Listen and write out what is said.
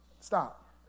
Stop